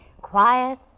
Quiet